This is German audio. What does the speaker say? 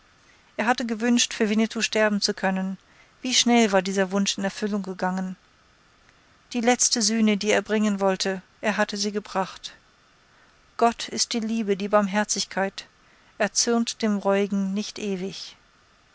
er hatte gewünscht für winnetou sterben zu können wie schnell war dieser wunsch in erfüllung gegangen die letzte sühne die er bringen wollte er hatte sie gebracht gott ist die liebe die barmherzigkeit er zürnt dem reuigen nicht ewig